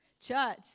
Church